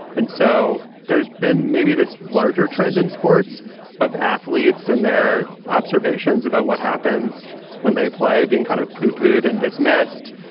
and so there's been maybe this larger trend in sports of athletes and their observations about what happens when they play being kind of pooh-poohed and dismissed.